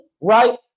right